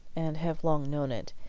and have long known it.